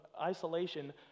isolation